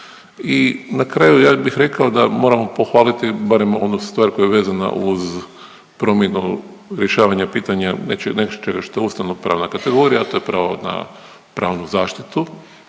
I na kraju ja bih rekao da moramo pohvaliti barem onu stvar koja je vezana uz promjenu rješavanja pitanja nečega što je ustavnopravna kategorija, a to je pravo na pravnu zaštitu